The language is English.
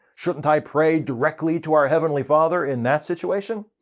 shouldn't i pray directly to our heavenly father in that situation?